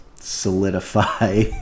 solidify